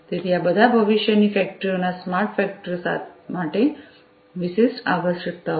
તેથી આ બધા ભવિષ્યની ફેક્ટરીઓના સ્માર્ટ ફેક્ટરીઓ માટે વિશિષ્ટ આવશ્યકતાઓ છે